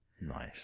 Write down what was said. Nice